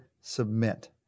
submit